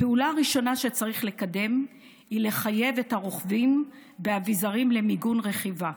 הפעולה הראשונה שצריך לקדם היא לחייב את הרוכבים באביזרים למיגון רכיבה.